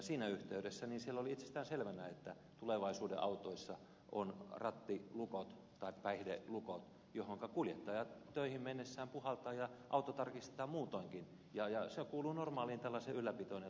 siinä yhteydessä siellä oli itsestäänselvänä että tulevaisuuden autoissa on rattilukot tai päihdelukot joihinka kuljettajat töihin mennessään puhaltavat ja auto tarkistetaan muutoinkin ja se kuuluu tällaiseen normaaliin ylläpitoon ja tarkistamiseen